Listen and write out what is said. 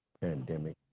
pandemic